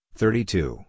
thirty-two